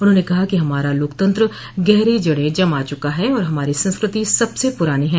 उन्होंने कहा कि हमारा लोकतंत्र गहरी जड़े जमा चुका है और हमारी संस्कृति सबसे पुरानी है